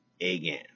again